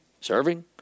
serving